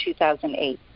2008